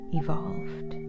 evolved